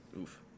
oof